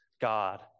God